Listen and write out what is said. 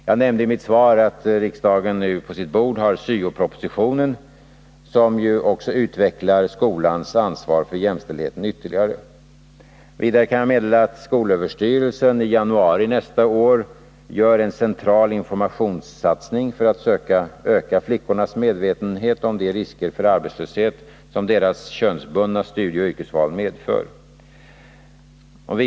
Jag nämnde i mitt svar att riksdagen på sitt bord har syo-propositionen, som ytterligare utvecklar skolans ansvar för jämställdheten. Vidare kan jag meddela att skolöverstyrelsen i januari nästa år gör en central informationssatsning för att söka öka flickornas medvetenhet om de risker för arbetslöshet som deras könsbundna studieoch yrkesval medför.